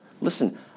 Listen